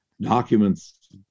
documents